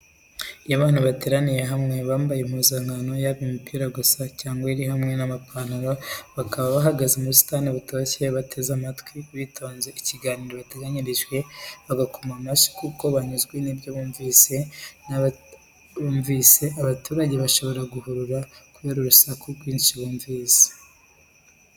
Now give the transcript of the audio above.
Iyo abantu bateraniye hamwe bambaye impuzankano, yaba imipira gusa cyangwa iri hamwe n'amapantaro, bakaba bahagaze mu busitani butoshye, bateze amatwi bitonze ikiganiro bateganyirijwe, bagakoma amashyi kuko banyuzwe n'ibyo bumvise n'abaturanyi bashobora guhurura kubera n'urusaku rwinshi bumvise.